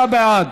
86 בעד,